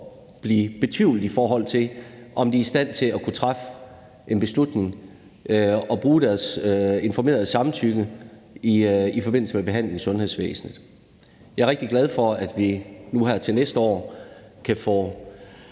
og betvivlet, i forhold til om de er i stand til at træffe en beslutning og bruge deres informerede samtykke i forbindelse med behandling i sundhedsvæsenet. Jeg er rigtig glad for, at vi nu her til næste år kan få